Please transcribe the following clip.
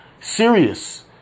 serious